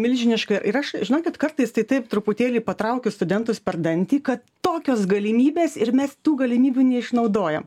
milžiniška ir aš žinokit kartais tai taip truputėlį patraukiu studentus per dantį kad tokios galimybės ir mes tų galimybių neišnaudojam